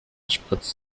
spritzt